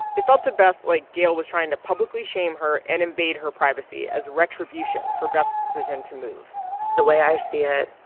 it felt to beth like gayle was trying to publicly shame her and invade her privacy as retribution for beth's decision to move the way i see it,